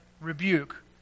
rebuke